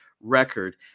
record